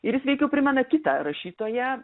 ir jis veikiau primena kitą rašytoją